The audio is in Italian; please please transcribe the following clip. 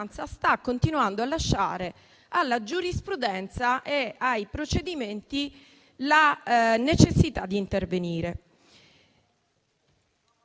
sta continuando a lasciare alla giurisprudenza e ai procedimenti la necessità di intervenire;